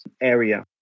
area